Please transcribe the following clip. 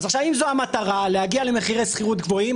אז עכשיו אם זו המטרה להגיע למחירי שכירות גבוהים,